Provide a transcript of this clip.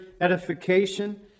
edification